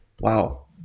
Wow